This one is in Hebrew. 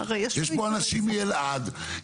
יש פה אנשים מאלעד,